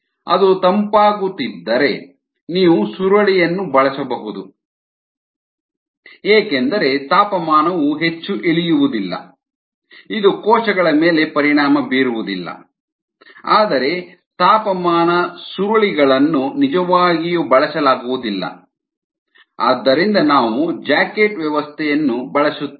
ಅದು ತಂಪಾಗುತ್ತಿದ್ದರೆ ನೀವು ಸುರುಳಿಯನ್ನು ಬಳಸಬಹುದು ಏಕೆಂದರೆ ತಾಪಮಾನವು ಹೆಚ್ಚು ಇಳಿಯುವುದಿಲ್ಲ ಇದು ಕೋಶಗಳ ಮೇಲೆ ಪರಿಣಾಮ ಬೀರುವುದಿಲ್ಲ ಆದರೆ ತಾಪನ ಸುರುಳಿಗಳನ್ನು ನಿಜವಾಗಿಯೂ ಬಳಸಲಾಗುವುದಿಲ್ಲ ಆದ್ದರಿಂದ ನಾವು ಜಾಕೆಟ್ ವ್ಯವಸ್ಥೆಯನ್ನು ಬಳಸುತ್ತೇವೆ